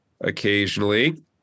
occasionally